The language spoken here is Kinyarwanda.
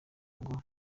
ngo